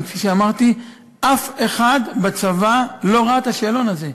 כפי שאמרתי, אף אחד בצבא לא ראה את השאלון הזה.